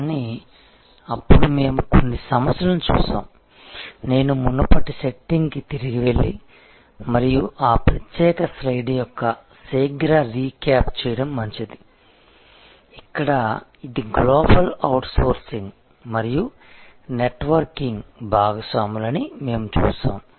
కానీ అప్పుడు మేము కొన్ని సమస్యలను చూశాము నేను మునుపటి సెట్టింగ్కి తిరిగి వెళ్ళి మరియు ఆ ప్రత్యేక స్లయిడ్ యొక్క శీఘ్ర రీక్యాప్ చేయడం మంచిది ఇక్కడ ఇది గ్లోబల్ అవుట్సోర్సింగ్ మరియు నెట్వర్కింగ్ భాగస్వాములు అని మేము చూశాము